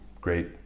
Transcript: great